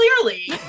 clearly